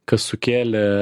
kas sukėlė